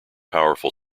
powerful